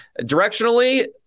directionally